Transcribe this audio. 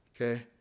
Okay